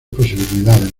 posibilidades